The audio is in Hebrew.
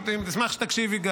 אשמח שגם תקשיבי.